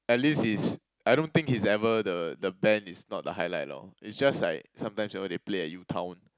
at least it's I don't think he's ever the the band is not the highlight lor it's just like sometimes they play at U Town